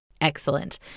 Excellent